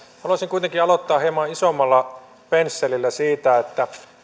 haluaisin kuitenkin aloittaa hieman isommalla pensselillä siitä että